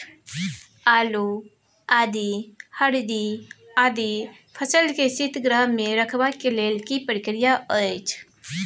आलू, आदि, हरदी आदि फसल के शीतगृह मे रखबाक लेल की प्रक्रिया अछि?